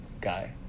guy